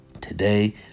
Today